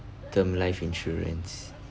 term life insurance